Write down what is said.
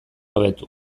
hobetu